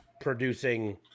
producing